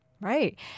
Right